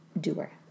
doer